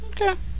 Okay